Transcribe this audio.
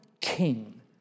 king